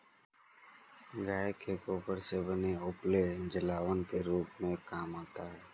गाय के गोबर से बने उपले जलावन के रूप में काम आते हैं